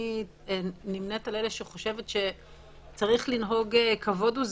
אני נמנית על אלה שחושבים שצריך לנהוג כבוד.